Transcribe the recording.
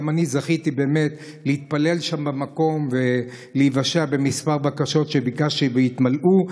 גם אני זכיתי להתפלל שם במקום ולהיוושע בכמה בקשות שביקשתי והתמלאו.